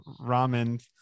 ramen